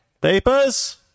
Papers